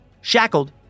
shackled